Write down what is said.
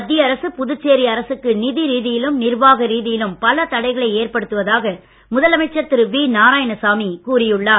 மத்திய அரசு புதுச்சேரிஅரசுக்கு நிதி ரீதியிலும் நிர்வாக ரீதியிலும் பல தடைகளை ஏற்படுத்துவதாக முதலமைச்சர் திரு வி நாராயணசாமி கூறி உள்ளார்